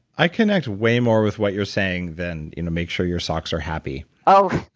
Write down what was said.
i connect way more with what you're saying than you know make sure your socks are happy. um